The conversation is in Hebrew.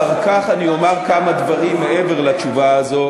אחר כך אני אומר כמה דברים מעבר לתשובה הזאת